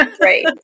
Right